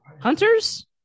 Hunters